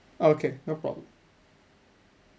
okay no problem